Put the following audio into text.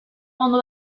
ondo